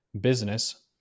business